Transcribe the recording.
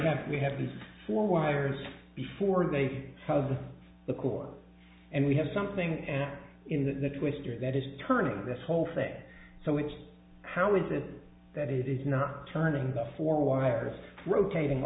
have we have these four wires before they had the cord and we have something in the twister that is turning this whole thing so it's how is it that he does not turn in the four wires rotating